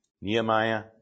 Nehemiah